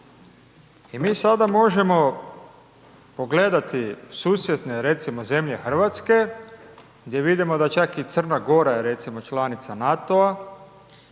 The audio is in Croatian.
I mi sada možemo pogledati susjedne recimo zemlje RH gdje vidimo da čak i Crna Gora je recimo članica NATO-a,